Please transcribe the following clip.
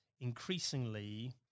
increasingly